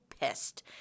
pissed